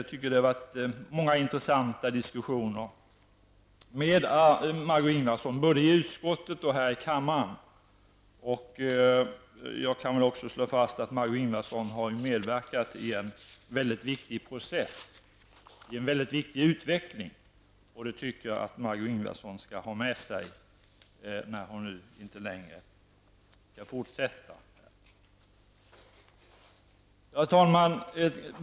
Jag tycker att vi haft många intressanta diskussioner, Margó Ingvardsson, både i utskottet och här i kammaren. Margó Ingvardsson har medverkat i en mycket viktig process. Det handlar alltså om en utveckling som är mycket viktig. Jag tycker att Margó Ingvardsson skall få höra detta nu med tanke på att hon alltså inte kommer att medverka här i fortsättningen. Herr talman!